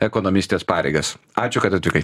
ekonomistės pareigas ačiū kad atvykai